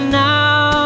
now